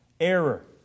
error